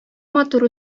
матур